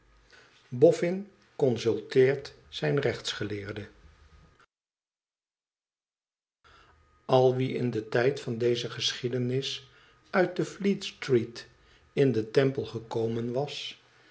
boffin consulteert zijn rechtsgeleerde al wie in den tijd van deze geschiedenis uit de fleet-street in de temple gekomen was